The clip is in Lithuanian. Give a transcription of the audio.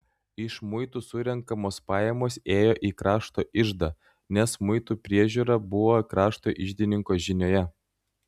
iš muitų surenkamos pajamos ėjo į krašto iždą nes muitų priežiūra buvo krašto iždininko žinioje